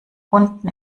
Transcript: unten